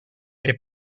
que